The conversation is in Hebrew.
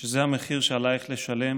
שזה המחיר שעלייך לשלם